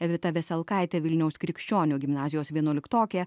evita veselkaitė vilniaus krikščionių gimnazijos vienuoliktokė